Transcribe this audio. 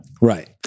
right